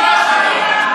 שלוש פעמים.